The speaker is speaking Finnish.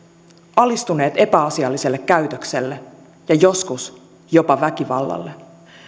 alistuneet epäasialliselle käytökselle ja joskus jopa väkivallalle